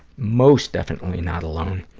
most definitely not alone.